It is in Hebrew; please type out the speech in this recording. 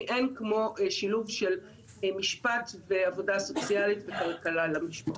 אין כמו שילוב של משפט ועבודה סוציאלית וכלכלה למשפחות.